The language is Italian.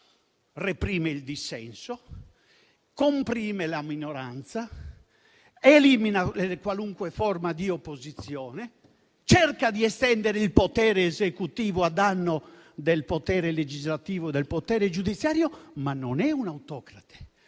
Reprime il dissenso, comprime la minoranza, elimina qualunque forma di opposizione, cerca di estendere il potere esecutivo a danno del potere legislativo e del potere giudiziario, ma non è un autocrate,